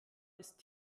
ist